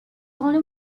only